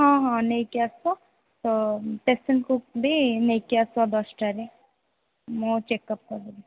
ହଁ ହଁ ନେଇକି ଆସ ତ ପେସେଣ୍ଟକୁ ବି ନେଇକି ଆସ ଦଶଟାରେ ମୁଁ ଚେକ୍ଅପ୍ କରିଦେବି